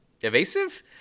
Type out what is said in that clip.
evasive